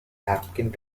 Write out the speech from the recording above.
napkin